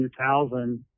2000